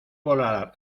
volar